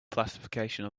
classification